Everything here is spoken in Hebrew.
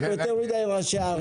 יש פה יותר מדי ראשי ערים.